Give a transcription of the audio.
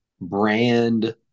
brand